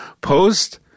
Post